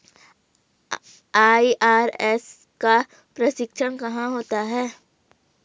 IRS का प्रशिक्षण कहाँ होता है?